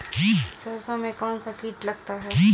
सरसों में कौनसा कीट लगता है?